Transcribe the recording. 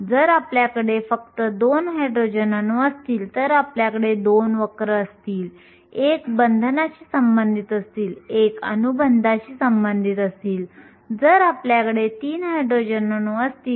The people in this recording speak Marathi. जर साहित्याचा बँड अंतर Eg असेल तर वाहकांना उत्तेजित करण्यासाठी आवश्यक असलेल्या प्रकाशाची तरंगलांबी म्हणजेच hcλ होय